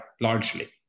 largely